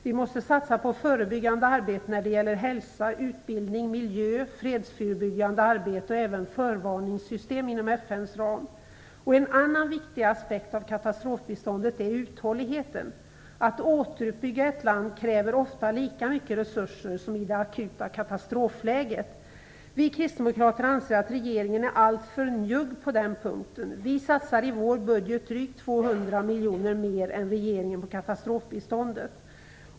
Vi måste satsa på förebyggande arbete när det gäller hälsa, utbildning, miljö, fredsförebyggande arbete och även förvarningssystem inom FN:s ram. En annan viktig aspekt av katastrofbiståndet är uthålligheten. Att återuppbygga ett land kräver ofta lika mycket resurser som i det akuta katastrofläget. Vi kristdemokrater anser att regeringen är alltför njugg på den punkten. Vi satsar i vår budget drygt 200 miljoner mer än regeringen på katastrofbiståndet.